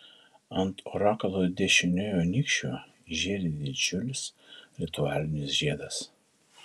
ant orakulo dešiniojo nykščio žėri didžiulis ritualinis žiedas